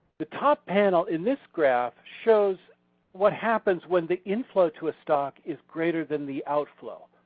the top panel in this graph shows what happens when the inflow to a stock is greater than the outflow.